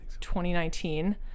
2019